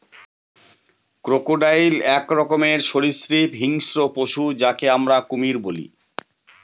crocodile এক রকমের সরীসৃপ হিংস্র পশু যাকে আমরা কুমির বলি